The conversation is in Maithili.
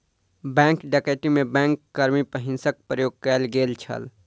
बैंक डकैती में बैंक कर्मी पर हिंसाक प्रयोग कयल गेल छल